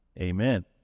Amen